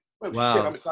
Wow